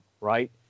right